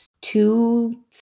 two